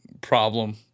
problem